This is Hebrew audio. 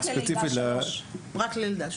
כן.